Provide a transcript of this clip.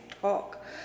talk